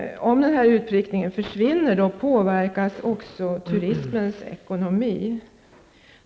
Om utprickningen försvinner påverkas också turismens ekonomi.